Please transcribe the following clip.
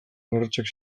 urratsak